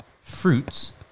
fruits